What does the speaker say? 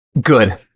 Good